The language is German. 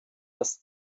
das